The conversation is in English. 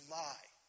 lie